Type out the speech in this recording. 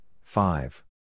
five